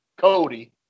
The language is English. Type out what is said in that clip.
Cody